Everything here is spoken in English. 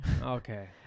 Okay